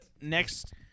Next